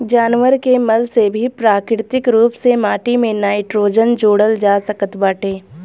जानवर के मल से भी प्राकृतिक रूप से माटी में नाइट्रोजन जोड़ल जा सकत बाटे